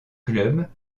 clubs